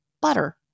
Butter